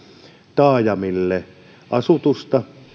taajamille asutusta